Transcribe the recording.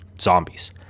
zombies